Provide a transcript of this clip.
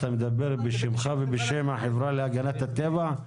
אתה מדבר בשמך ובשם החברה להגנת הטבע?